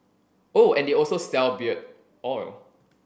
oh and they also sell beard oil